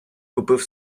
купив